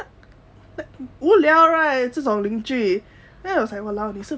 无聊 right 这种邻居 then I was like !walao! 你是